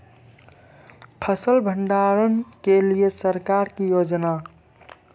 फसल भंडारण के लिए सरकार की योजना?